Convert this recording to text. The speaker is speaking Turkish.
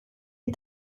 bir